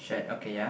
uh